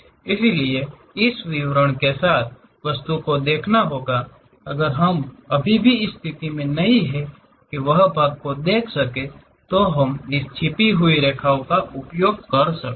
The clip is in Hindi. इसलिए इस विवरण के साथ वस्तु को दिखाना होगा अगर हम अभी भी इस स्थिति में नहीं हैं कि वह भाग को देख सके तभी हम इस छिपी हुई रेखाओं का उपयोग कर सकते हैं